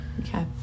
okay